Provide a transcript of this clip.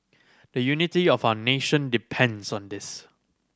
the unity of our nation depends on this